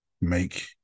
make